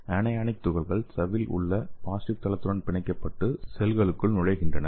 anionic துகள்கள் சவ்வில் உள்ள பாசிடிவ் தளத்துடன் பிணைக்கப்பட்டு செல்களுக்குள் நுழைகின்றன